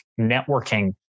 networking